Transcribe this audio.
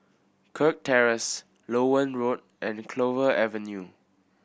Kirk Terrace Loewen Road and Clover Avenue